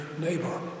neighbor